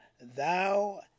Thou